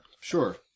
sure